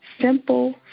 simple